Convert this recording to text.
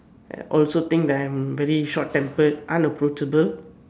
also think that I'm very short tempered unapproachable